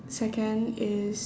second is